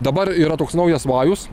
dabar yra toks naujas vajus